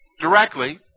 directly